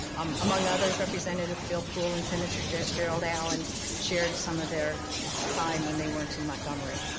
um among others, representative bill pool and senator gerald gerald allen shared some of their time when they weren't in montgomery.